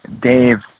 Dave